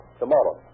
tomorrow